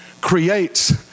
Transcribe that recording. creates